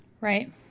right